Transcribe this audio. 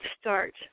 start